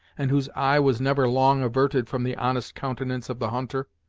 and whose eye was never long averted from the honest countenance of the hunter.